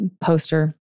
poster